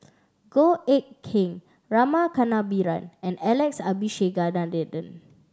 Goh Eck Kheng Rama Kannabiran and Alex Abisheganaden